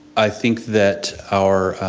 i think that our,